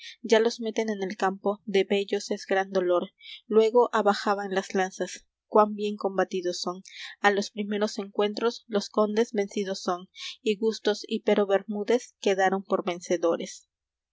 ya los meten en el campo de vellos es gran dolor luégo abajaban las lanzas cuán bien combatidos son á los primeros encuentros los condes vencidos son y gustos y pero bermuez quedaron por vencedores